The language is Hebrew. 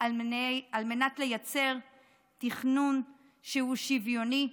על מנת לייצר תכנון שהוא שוויוני,